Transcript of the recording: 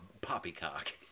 poppycock